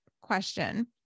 question